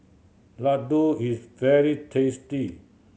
laddu is very tasty